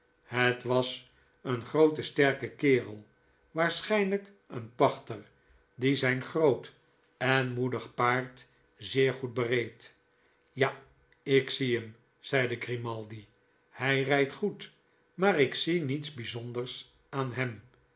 het was een groote sterke kerel waarschijnlijk een pachter die zijn groot en moedig paard zeer goed bereed ja ik zie hem zeide grimaldi hij rijdt goed maar ik zie niets bijzonders aan hem